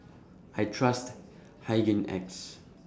I Trust Hygin X